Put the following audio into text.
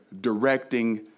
directing